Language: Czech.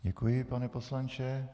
Děkuji, pane poslanče.